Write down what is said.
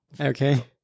Okay